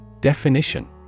Definition